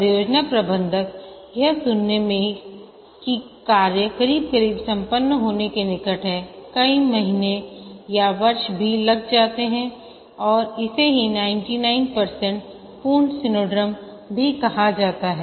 परियोजना प्रबंधक यह सुनने में की कार्य करीब करीब संपन्न होने के निकट है कई महीने या वर्ष भी लग जाते हैं और इसे ही 99 पूर्ण सिंड्रोम भी कहा जाता है